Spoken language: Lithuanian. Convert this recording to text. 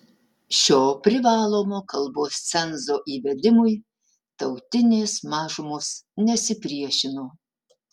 šio privalomo kalbos cenzo įvedimui tautinės mažumos nesipriešino